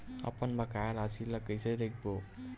अपन बकाया राशि ला कइसे देखबो?